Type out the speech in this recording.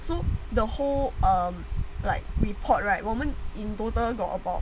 so the whole um like report right 我们 in total got about